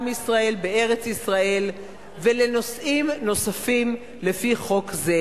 ישראל בארץ-ישראל ולנושאים נוספים לפי חוק זה,